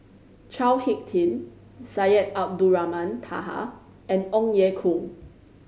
Chao Hick Tin Syed Abdulrahman Taha and Ong Ye Kung